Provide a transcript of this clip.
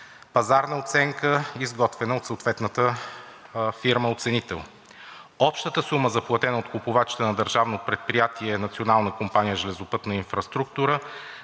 пазарна оценка, изготвена от съответната фирма-оценител. Общата сума, заплатена от купувачите на Държавно предприятие Национална компания „Железопътна инфраструктура“